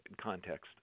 context